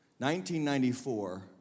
1994